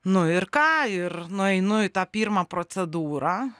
nu ir ką ir nueinu į tą pirmą procedūrą